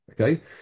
okay